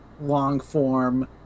long-form